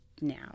now